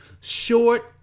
short